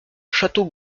château